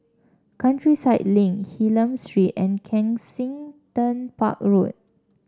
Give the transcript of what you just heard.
Countryside Link Hylam Street and Kensington Park Road